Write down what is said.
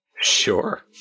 Sure